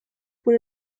por